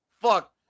fuck